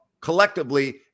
collectively